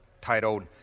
titled